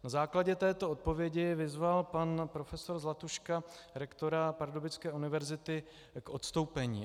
Na základě této odpovědi vyzval pan profesor Zlatuška rektora pardubické univerzity k odstoupení.